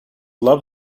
love